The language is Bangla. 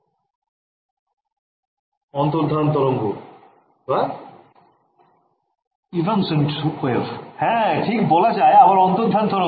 ছাত্রছাত্রীঃ অন্তর্ধান তরঙ্গ হ্যাঁ ঠিক বলা হল আবার অন্তর্ধান তরঙ্গ